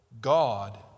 God